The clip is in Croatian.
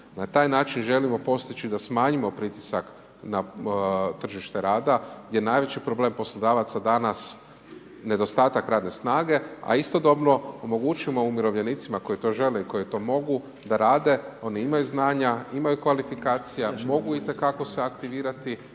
Na taj način želimo postići da smanjimo pritisak na tržište rada gdje je najveći problem poslodavaca danas, nedostatak radne snage a istodobno omogućimo umirovljenicima koji to žele i koji to mogu da rade, oni imaju znanja, imaju kvalifikacija, mogu itekako se aktivirati